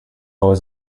was